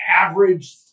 average